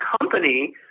company